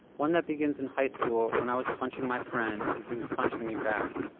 one that begins in high-school when i was punching my friend and he was punching me back.